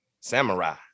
Samurai